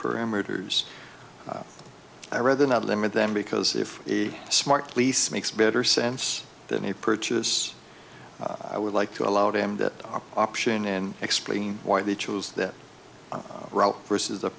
parameters i rather not limit them because if a smart lease makes better sense than a purchase i would like to allow them that option and explain why they chose that route versus